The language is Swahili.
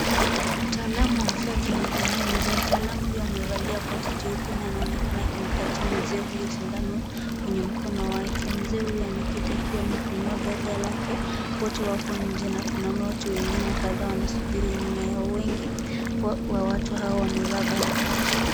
Mtaalamu wa afya akimhudumia mzee. Mtaalamu huyu amevalia koti jeupe na anaonekana akimpatia mzee huyu sindano kwenye mkono wake. Mzee huyu ameketi akiwa amefunua bega lake. Wote wako nje na kuna watu wengine kadhaa wanasubiri nyuma yao. Wengi wa wa watu hawa wamevaa barakoa.